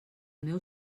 meu